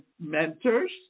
mentors